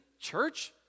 church